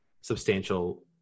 substantial